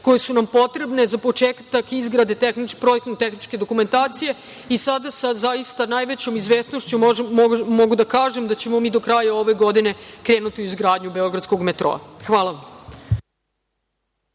koje su nam potrebne za početak izrade projektno-tehničke dokumentacije i sada sa najvećom izvesnošću mogu da kažem da ćemo mi do kraja ove godine krenuti u izgradnju beogradskog metroa. Hvala vam.